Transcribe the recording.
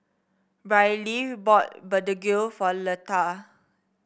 Briley bought begedil for Letha